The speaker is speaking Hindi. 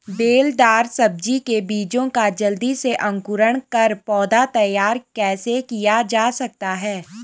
बेलदार सब्जी के बीजों का जल्दी से अंकुरण कर पौधा तैयार कैसे किया जा सकता है?